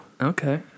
Okay